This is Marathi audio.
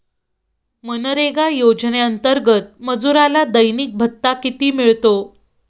मनरेगा योजनेअंतर्गत मजुराला दैनिक भत्ता किती मिळतो?